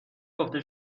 گفته